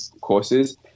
courses